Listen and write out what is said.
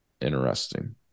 Interesting